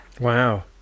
Wow